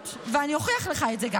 ואני גם אוכיח לך את זה,